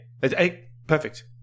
perfect